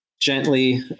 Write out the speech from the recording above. gently